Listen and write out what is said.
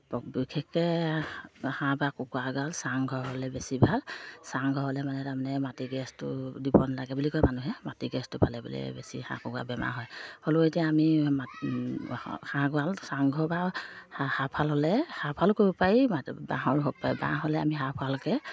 বিশেষকৈ হাঁহ বা কুকুৰা গঁৰাল চাংঘৰ হ'লে বেছি ভাল চাংঘৰ হ'লে মানে তাৰমানে মাটি গেছটো দিব নালাগে বুলি কয় মানুহে মাটি গেছটো পালে বোলে বেছি হাঁহ কুকুৰা বেমাৰ হয় হ'লেও এতিয়া আমি হাঁহ গঁৰাল চাংঘৰ বা হাঁহ ফাল হ'লে হাঁহ ফালো কৰিব পাৰি বাঁহৰ বাঁহ হ'লে আমি হাঁহ ফালকে